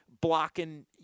blocking